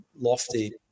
lofty